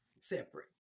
separate